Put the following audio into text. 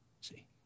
See